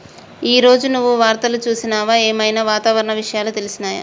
ఈ రోజు నువ్వు వార్తలు చూసినవా? ఏం ఐనా వాతావరణ విషయాలు తెలిసినయా?